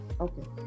Okay